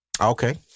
okay